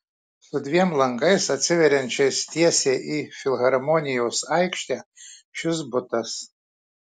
su dviem langais atsiveriančiais tiesiai į filharmonijos aikštę šis butas